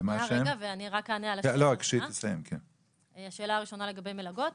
לגבי מלגות,